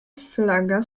flaga